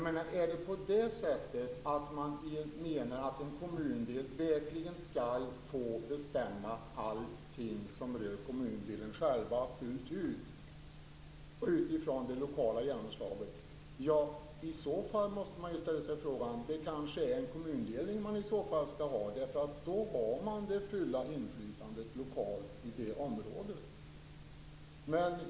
Menar man att en kommundel verkligen skall få bestämma allting som rör kommundelen fullt ut och utifrån det lokala genomslaget, inställer sig frågan: Är det kanske en kommundelning som i så fall skall ske? Då har man det fulla inflytandet lokalt i det området.